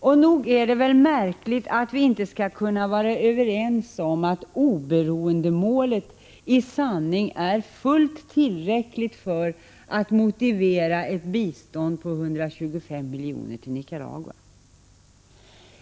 Och nog är det märkligt att vi inte skall kunna vara överens om att oberoendemålet i sanning är fullt tillräckligt för att motivera ett bistånd på 125 milj.kr. till Nicaragua!